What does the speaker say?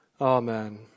Amen